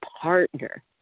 partner